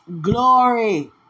glory